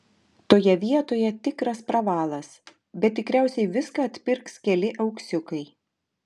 toje vietoje tikras pravalas bet tikriausiai viską atpirks keli auksiukai